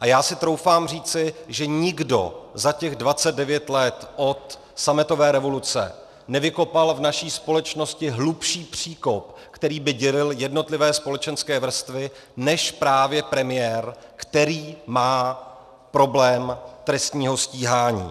A já si troufám říci, že nikdo za těch 29 let od sametové revoluce nevykopal v naší společnosti hlubší příkop, který by dělil jednotlivé společenské vrstvy, než právě premiér, který má problém trestního stíhání.